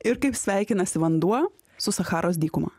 ir kaip sveikinasi vanduo su sacharos dykuma